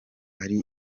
ari